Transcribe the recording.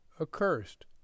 accursed